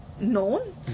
Known